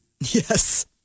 Yes